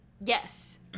Yes